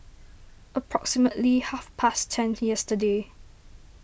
approximately half past ten yesterday